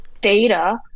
data